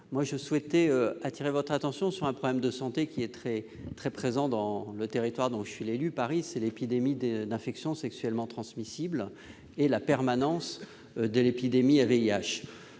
je souhaitais attirer votre attention sur un problème de santé très présent dans le territoire dont je suis l'élu, Paris, à savoir l'épidémie d'infections sexuellement transmissibles, et notamment la permanence de l'épidémie de VIH.